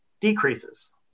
decreases